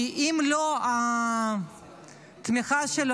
כי לולא התמיכה שלו,